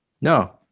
No